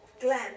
Glenn